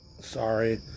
Sorry